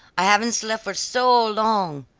i haven't slept for so long,